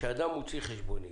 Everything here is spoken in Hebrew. כשאדם מוציא חשבונית